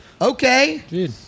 Okay